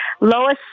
Lois